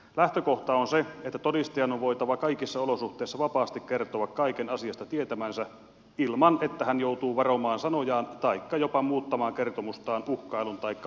lähtökohta on se että todistajan on voitava kaikissa olosuhteissa vapaasti kertoa kaiken asiasta tietämänsä ilman että hän joutuu varomaan sanojaan taikka jopa muuttamaan kertomustaan uhkailun taikka painostuksen alla